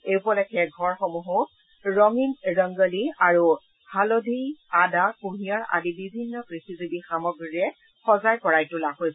এই উপলক্ষে ঘৰসমূহো ৰঙীন ৰংগলী আৰু হালধী আদা কুঁহিয়াৰ আদি বিভিন্ন কৃষিজীৱী সামগ্ৰীৰে সজাই পৰাই তোলা হৈছে